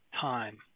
time